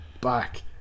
back